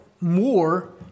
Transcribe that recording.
more